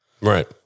Right